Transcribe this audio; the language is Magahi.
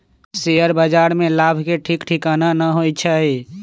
शेयर बाजार में लाभ के ठीक ठिकाना न होइ छइ